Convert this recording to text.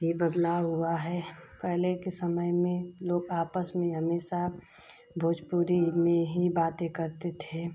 ही बदलाव हुआ है पहले के समय में लोग आपस में हमेशा भोजपुरी में ही बातें करते थे